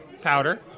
powder